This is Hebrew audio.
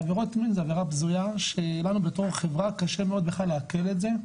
עבירות מין זו עבירה בזויה שלנו בתור חברה קשה בכלל לעכל את זה,